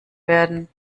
werden